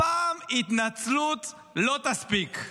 הפעם התנצלות לא תספיק.